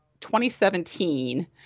2017